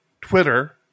Twitter